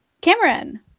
Cameron